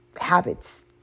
habits